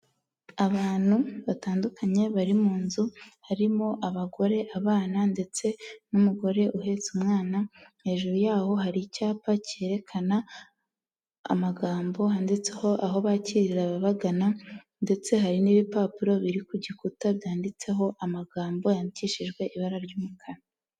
Abantu batandukanye bari mu nzu, harimo abagore, abana ndetse n'umugore uhetse umwana, hejuru yaho hari icyapa cyerekana amagambo handitseho aho bakirira ababagana, ndetse hari n'ibipapuro biri ku gikuta byanditseho amagambo yandikishijwe ibara ry'umukara.